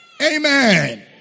Amen